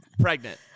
pregnant